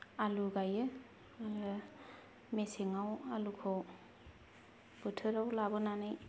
आलु गायो आरो मेसेंआव आलुखौ बोथोराव लाबोनानै